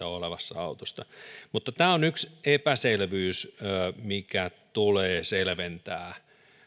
olevasta autosta mutta tämä on yksi epäselvyys mikä tulee selventää